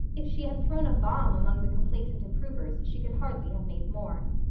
if she had thrown a bomb among the complacent improvers she could hardly have made more.